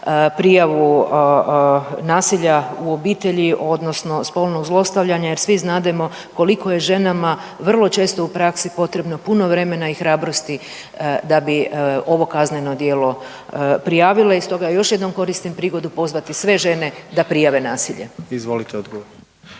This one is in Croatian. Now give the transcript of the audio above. prijavu nasilja u obitelji odnosno spolnog zlostavljanja jer svi znademo koliko je ženama vrlo često u praski potrebno puno vremena i hrabrosti da bi ovo kazneno djelo prijavile. I stoga još jednom koristim prigodu pozvati sve žene da prijave nasilje. **Jandroković,